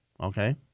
Okay